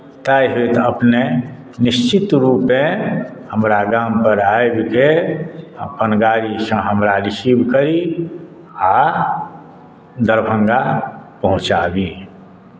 ताहि हेतु अपने निश्चित रूपेँ हमरा गामपर आबिके अपन गाड़ीसँ हमरा रिसीव करी आ दरभङ्गा पहुँचाबी